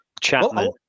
Chapman